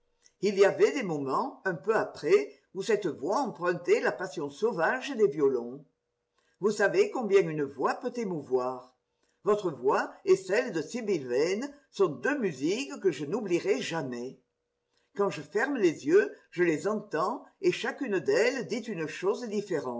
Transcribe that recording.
il y avait des moments un peu après où cette voix empruntait la passion sauvage des violons vous savez combien une voix peut émouvoir votre voix et celle de sibyl vane sont deux musiques que je n'oublierai jamais quand je ferme les yeux je les entends et chacune d'elles dit une chose